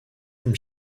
from